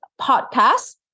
podcast